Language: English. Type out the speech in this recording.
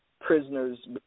prisoners